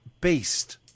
based